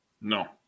No